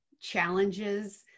challenges